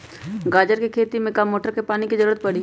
गाजर के खेती में का मोटर के पानी के ज़रूरत परी?